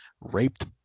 raped